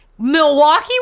Milwaukee